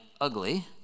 ugly